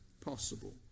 possible